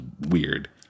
weird